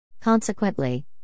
Consequently